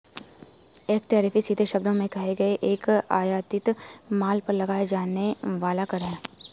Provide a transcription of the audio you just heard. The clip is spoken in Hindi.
एक टैरिफ, सीधे शब्दों में कहें, एक आयातित माल पर लगाया जाने वाला कर है